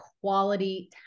quality